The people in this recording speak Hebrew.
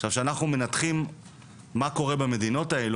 עכשיו כשאנחנו מנתחים מה קורה במדינות האלו,